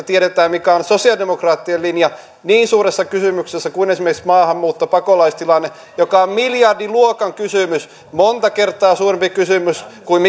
tiedetään mikä on sosialidemokraattien linja niin suuressa kysymyksessä kuin esimerkiksi maahanmuutto pakolaistilanne joka on miljardiluokan kysymys monta kertaa suurempi kysymys kuin